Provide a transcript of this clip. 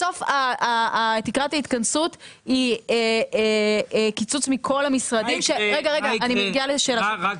בסוף תקרת ההתכנסות היא קיצוץ מכל המשרדים --- מה יקרה אם